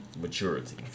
maturity